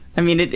i mean,